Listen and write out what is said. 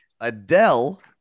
Adele